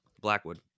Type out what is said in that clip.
Blackwood